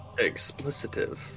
Explicitive